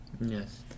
yes